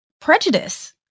prejudice